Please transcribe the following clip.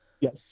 Yes